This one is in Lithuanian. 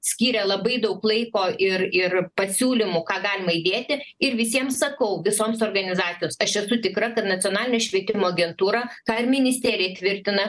skyrė labai daug laiko ir ir pasiūlymų ką galima įdėti ir visiem sakau visoms organizacijoms aš esu tikra kad nacionalinė švietimo agentūra ką ir ministerija tvirtina